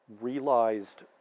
realized